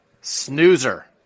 Snoozer